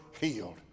healed